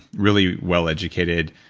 really well educated,